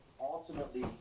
ultimately